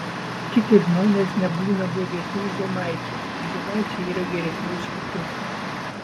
kiti žmonės nebūna blogesni už žemaičius tik žemaičiai yra geresni už kitus